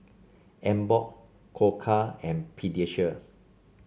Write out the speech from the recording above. Emborg Koka and Pediasure